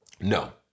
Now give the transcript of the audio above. No